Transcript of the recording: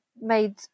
made